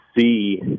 see